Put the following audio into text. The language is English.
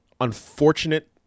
unfortunate